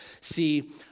See